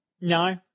no